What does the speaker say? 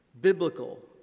biblical